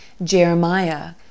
Jeremiah